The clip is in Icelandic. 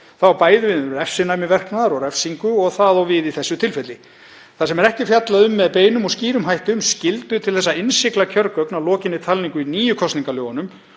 á bæði við um refsinæmi verknaðar og refsingu og á það við í þessu tilfelli. Þar sem ekki er fjallað með beinum og skýrum hætti um skyldu til þess að innsigla kjörgögn að lokinni talningu í nýju kosningalögunum,